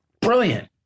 brilliant